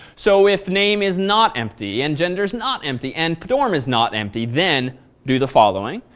so, if name is not empty and gender is not empty and the dorm is not empty, then do the following.